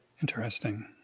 Interesting